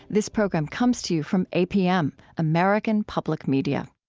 this program comes to you from apm, american public media